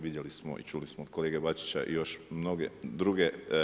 Vidjeli smo i čuli smo od kolege Bačića još mnoge druge.